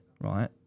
right